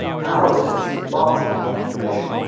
now there's just this vast amount of information.